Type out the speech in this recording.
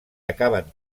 acaben